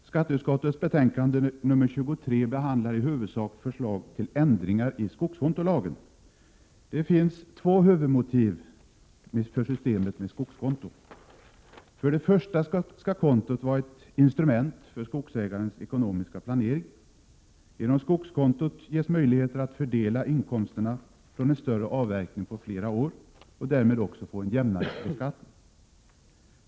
Herr talman! Skatteutskottets betänkande 1987/88:23 behandlar i huvudsak förslag till ändringar i skogskontolagen. Det finns två huvudmotiv för systemet med skogskonton. För det första skall kontot vara ett instrument för skogsägarens ekonomiska planering. Genom skogskontot får man möjlighet att på flera år fördela inkomsterna från en större avverkning, och därmed blir det också en jämnare beskattning.